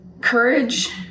Courage